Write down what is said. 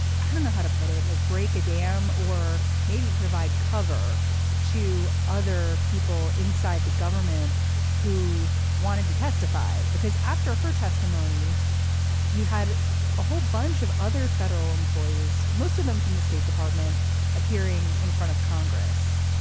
i don't know how to put it like break a damn or maybe provide cover to other people inside the government who wanted to testify because after her testimony you had a whole bunch of other federal employees. most of them from the state department appearing in front of congress.